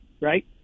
right